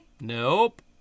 nope